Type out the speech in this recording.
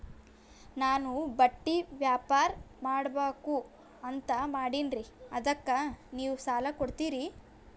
ನಾನು ಬಟ್ಟಿ ವ್ಯಾಪಾರ್ ಮಾಡಬಕು ಅಂತ ಮಾಡಿನ್ರಿ ಅದಕ್ಕ ನೀವು ಸಾಲ ಕೊಡ್ತೀರಿ?